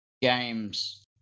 games